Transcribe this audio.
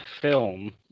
film